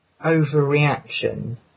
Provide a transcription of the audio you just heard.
Overreaction